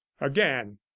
again